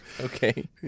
Okay